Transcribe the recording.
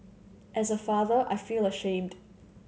as a father I feel ashamed